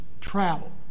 travel